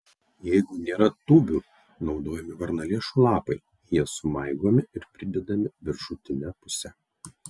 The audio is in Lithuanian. jeigu nėra tūbių naudojami varnalėšų lapai jie sumaigomi ir pridedami viršutine puse